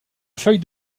feuille